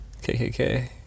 KKK